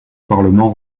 parlement